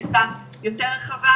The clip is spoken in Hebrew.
רצה,